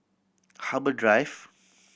Harbour Drive